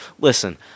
listen